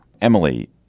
Emily